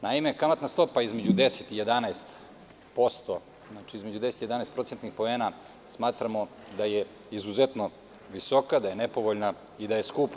Naime, kamatna stopa između 10% i 11%, znači između tih procentnih poena smatramo da je izuzetno visoka, da je nepovoljna i da je skupa.